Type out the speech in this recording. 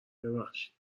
ببخشید